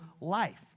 life